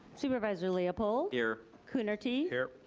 supervisor leopold. here. coonerty. here.